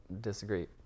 disagree